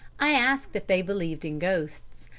i asked if they believed in ghosts,